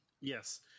Yes